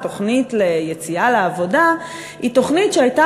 "התוכנית ליציאה לעבודה" היא תוכנית שהייתה